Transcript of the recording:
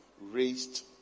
raised